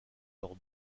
leur